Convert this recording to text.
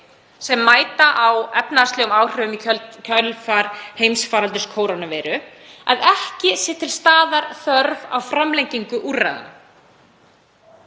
að mæta efnahagslegum áhrifum í kjölfar heimsfaraldurs kórónuveiru, að ekki sé til staðar þörf á framlengingu úrræðanna.“